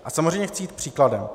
A samozřejmě chci jít příkladem.